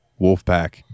Wolfpack